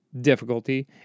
difficulty